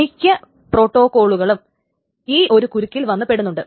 മിക്ക പ്രോട്ടോക്കോളുകളും ഈ ഒരു കുരുക്കിൽ വന്നു പെടുന്നുണ്ട്